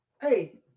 Hey